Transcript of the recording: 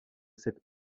cette